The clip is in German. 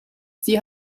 sie